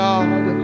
God